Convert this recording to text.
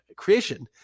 creation